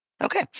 Okay